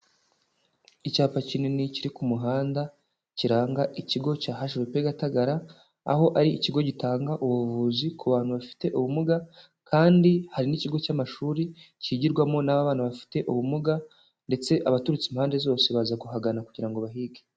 Icyapa kinini, kiri ku muhanda, kiranga ikigo cya HVP Gatagara, aho ari ikigo gitanga ubuvuzi ku bantu bafite ubumuga, kandi hari n'ikigo cy'amashuri, cyigirwamo n'abana bafite ubumuga, ndetse abaturutse impande zose baza kuhagana kugira ngo bahige.